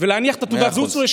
ולהניח את תעודת הזהות שלו.